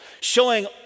showing